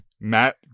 Matt